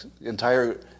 entire